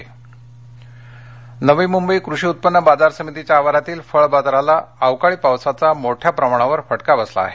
बाजार समिती नवी मंबई नवी मुंबई कृषी उत्पन्न बाजार समितीच्या आवारातील फळ बाजाराला अवकाळी पावसाचा मोठया प्रमाणावर फटका बसला आहे